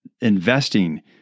investing